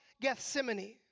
Gethsemane